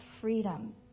freedom